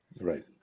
Right